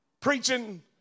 preaching